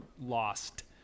lost